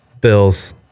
Bills